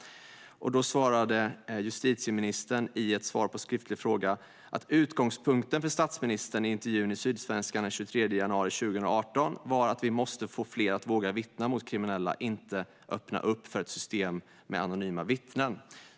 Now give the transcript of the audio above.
Jag fick då svaret från justitieministern på min skriftliga fråga att utgångspunkten för statsministern i intervjun i Sydsvenskan den 23 januari 2018 var att vi måste få fler att våga vittna mot kriminella, inte öppna upp för ett system med anonyma vittnen.